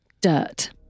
Dirt